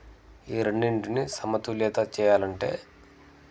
ఈ రెండింటిని సమతుల్యత చేయాలంటే